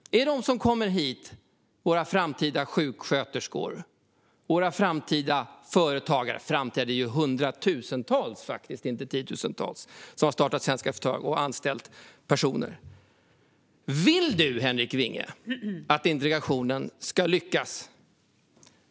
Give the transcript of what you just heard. Är de som kommer hit våra framtida sjuksköterskor, våra framtida företagare? Eller framtida - det är faktiskt hundratusentals, inte tiotusentals, som har startat företag i Sverige och anställt personer. Vill du, Henrik Vinge, att integrationen ska lyckas?